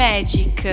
Magic